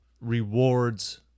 rewards